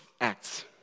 Acts